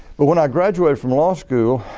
but when i graduated from law school,